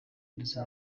ndetse